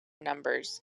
numbers